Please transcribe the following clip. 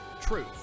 truth